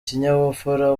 ikinyabupfura